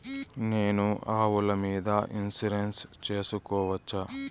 నేను ఆవుల మీద ఇన్సూరెన్సు సేసుకోవచ్చా?